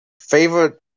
Favorite